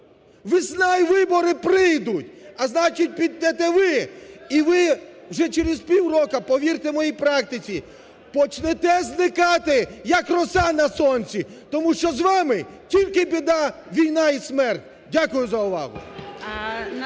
Весна і вибори прийдуть, а значить, підете ви! І ви вже через півроку, повірте моїй практиці, почнете зникати, як роса на сонці, тому що з вами тільки біда, війна і смерть. Дякую за увагу.